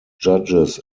judges